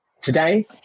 today